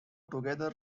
together